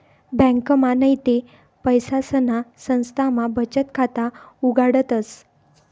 ब्यांकमा नैते पैसासना संस्थामा बचत खाता उघाडतस